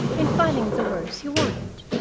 in finding the words he wanted.